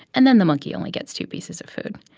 and then the monkey only gets two pieces of food.